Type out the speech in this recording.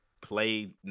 play